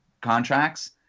contracts